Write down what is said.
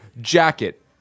jacket